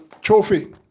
Trophy